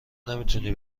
نمیتونی